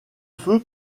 feu